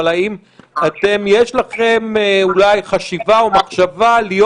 אבל האם יש לכם אולי חשיבה או מחשבה להיות